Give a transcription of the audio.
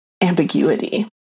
ambiguity